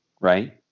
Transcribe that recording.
right